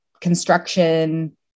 construction